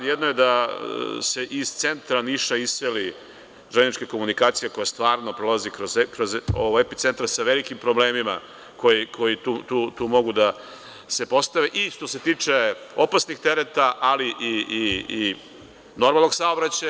Jedno je da se iz centra Niša iseli železnička komunikacija koja stvarno prolazi kroz epicentar sa velikim problemima koji tu mogu da se postave i što se tiče opasnih tereta ali i normalnog saobraćaja.